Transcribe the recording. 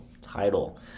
title